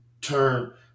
turn